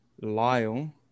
Lyle